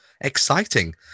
exciting